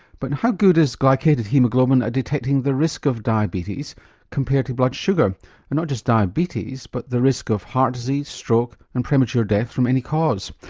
but how good is glycated haemoglobin at detecting the risk of diabetes compared to blood sugar and not just diabetes but the risk of heart disease, stroke and premature death from any cause.